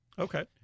Okay